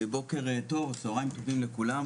צהריים טובים לכולם.